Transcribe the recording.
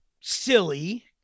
silly